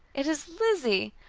it is lizzie!